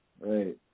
Right